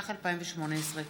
התשע"ח 2018,